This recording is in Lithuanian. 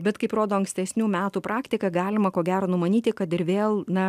bet kaip rodo ankstesnių metų praktika galima ko gero numanyti kad ir vėl na